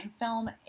film